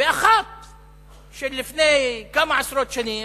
ואחת של לפני כמה עשרות שנים,